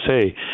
say